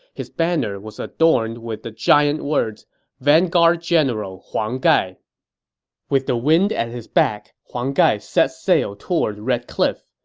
his banner was adorned with the giant words vanguard general huang gai with the wind at his back, huang gai set sail toward red cliff.